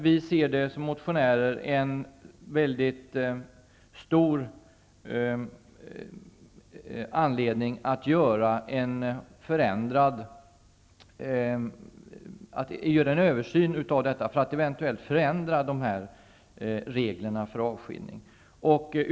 Vi motionärer ser en mycket stor anledning till att göra en översyn av detta i syfte att eventuellt förändra reglerna för avskiljning.